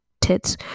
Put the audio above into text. tits